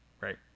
Right